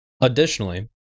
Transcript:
Additionally